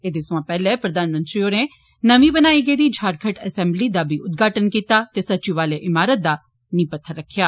एह्दे सोया पैह्ले प्रधानमंत्री होरें नर्मी बनाई गेदी झारखंड असेंबली दा बी उद्घाटन कीता ते संचिवालय ईमारत दा नींह पत्थर रक्खेआ